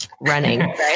running